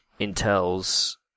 Intel's